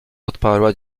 odparła